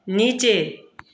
नीचे